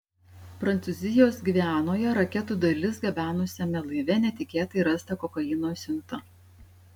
prancūzijos gvianoje raketų dalis gabenusiame laive netikėtai rasta kokaino siunta